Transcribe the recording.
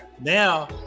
Now